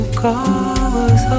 colors